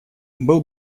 был